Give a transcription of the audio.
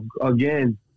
again